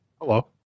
Hello